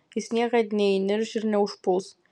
jis niekad neįnirš ir neužpuls